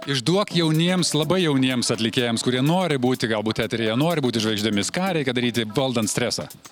išduok jauniems labai jauniems atlikėjams kurie nori būti galbūt eteryje nori būti žvaigždėmis ką reikia daryti valdant stresą